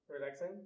relaxing